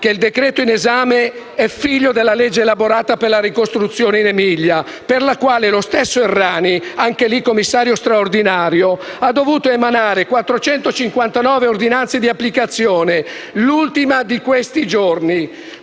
provvedimento in esame sia figlio della legge elaborata per la ricostruzione in Emilia, per la quale lo stesso Errani, anche lì commissario straordinario, ha dovuto emanare 459 ordinanze di applicazione, l'ultima delle quali